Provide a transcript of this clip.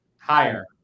Higher